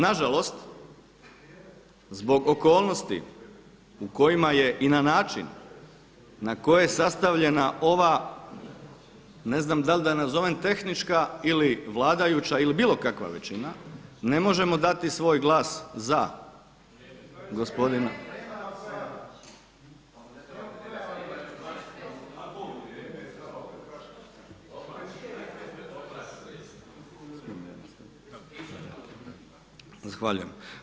Nažalost, zbog okolnosti u kojima je i na način na koji je sastavljena ova ne znam da li da je nazovem tehnička ili vladajuća ili bilo kakva većina ne možemo dati svoj glas za gospodina, …… [[Upadica se ne čuje.]] Zahvaljujem.